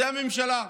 זו הממשלה.